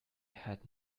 had